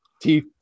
teeth